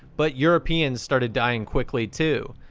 but europeans started dying quickly too.